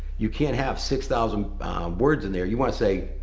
you can't have six thousand words in there. you wanna say,